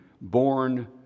born